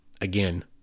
Again